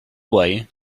way